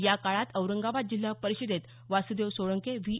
या काळात औरंगाबाद जिल्हा परिषदेत वासुदेव सोळंके व्ही